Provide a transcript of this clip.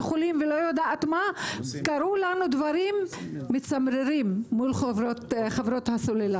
גם לנו קרו דברים מצמררים מול חברות הסלולר.